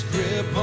Grip